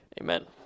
amen